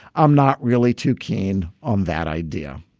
i'm not really too keen on that idea.